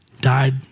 died